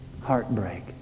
heartbreak